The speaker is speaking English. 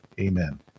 Amen